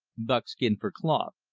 buckskin for cloth,